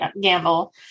Gamble